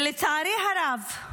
לצערי הרב,